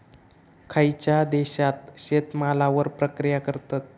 खयच्या देशात शेतमालावर प्रक्रिया करतत?